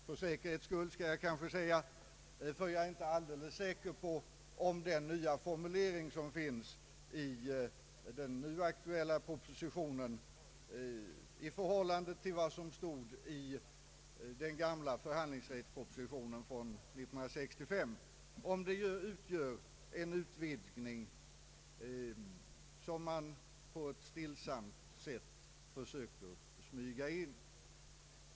För säkerhets skull vill jag säga att jag inte är alldeles säker på om den nya formuleringen i den aktuella propositionen utgör en utvidgning i förhållande till vad som stod i den gamla förhandlingsrättspropositionen från 1965, en utvidgning som man på ett stillsamt sätt försöker smyga in.